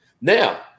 now